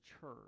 church